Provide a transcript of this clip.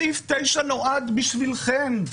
סעיף 9 נועד בשבילכן,